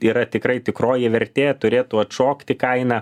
yra tikrai tikroji vertė turėtų atšokti kainą